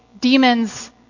demons